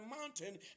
mountain